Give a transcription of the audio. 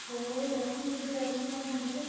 ହୋଏ ଲକ୍ଷ୍ମୀପୂଜା ଅଛି ଆମ ଘରେ